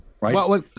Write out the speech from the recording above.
Right